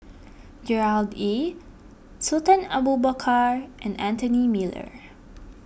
Gerard Ee Sultan Abu Bakar and Anthony Miller